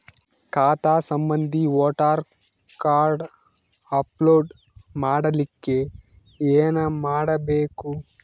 ಖಾತಾ ಸಂಬಂಧಿ voter card upload ಮಾಡಲಿಕ್ಕೆ ಏನ ಮಾಡಬೇಕು?